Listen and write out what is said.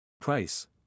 Price